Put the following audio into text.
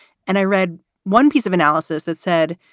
and i read one piece of analysis that said,